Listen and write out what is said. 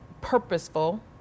purposeful